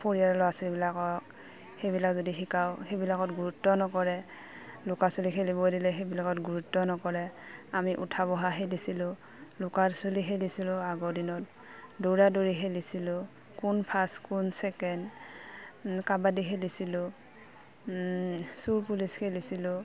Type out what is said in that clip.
পৰিয়ালৰ ল'ৰা ছোৱালীবিলাকক সেইবিলাক যদি শিকাওঁ সেইবিলাকত গুৰুত্ব নকৰে লুকা চুৰি খেলিব দিলে সেইবিলাকত গুৰুত্ব নকৰে আমি উঠা বহা খেলিছিলোঁ লুকা চুৰি খেলিছিলোঁ আগৰ দিনত দৌৰা দৌৰি খেলিছিলোঁ কোন ফাৰ্ছ কোন ছেকেণ্ড কাবাডী খেলিছিলোঁ চোৰ পুলিচ খেলিছিলোঁ